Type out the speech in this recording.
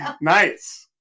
Nice